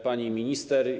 Pani Minister!